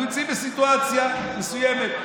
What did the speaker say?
אנחנו נמצאים בסיטואציה מסוימת,